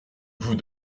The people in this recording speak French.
vous